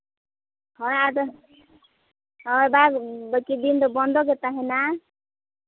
ᱦᱳᱭ ᱟᱫᱚ ᱦᱳᱭ ᱵᱟᱝ ᱵᱟᱹᱠᱤ ᱫᱤᱱ ᱫᱚ ᱵᱚᱱᱫᱚ ᱜᱮ ᱛᱟᱦᱮᱱᱟ